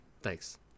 Thanks